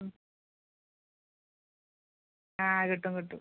ഉം ആ കിട്ടും കിട്ടും